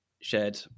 shared